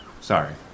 Sorry